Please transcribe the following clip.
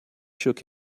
shook